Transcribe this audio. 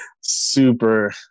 super